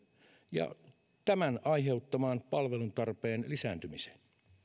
ja tämän aiheuttamaan palveluntarpeen lisääntymiseen